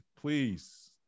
Please